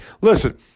Listen